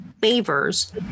favors